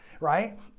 right